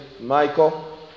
Michael